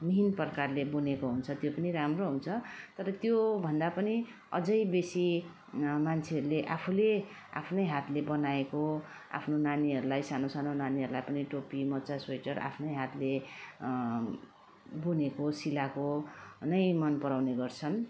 मिहिन प्रकारले बुनेको हुन्छ त्यो पनि राम्रो हुन्छ तर त्यो भन्दा पनि अझ बेसी मान्छेहरूले आफूले आफ्नै हातले बनाएको आफ्नो नानीहरूलाई सानो सानो नानीहरूलाई पनि टोपी मोजा स्वेटर आफ्नै हातले बुनेको सिलाएको नै मन पराउने गर्छन्